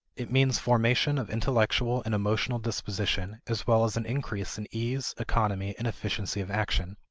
it means formation of intellectual and emotional disposition as well as an increase in ease, economy, and efficiency of action.